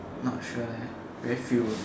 not sure leh very few